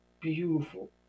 beautiful